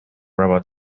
robot